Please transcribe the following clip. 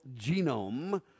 genome